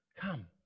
Come